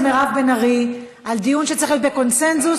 מירב בן ארי על דיון שצריך להיות בקונסנזוס.